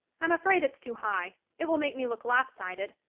i'm afraid it's too high it will make me look lop-sided.